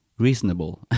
reasonable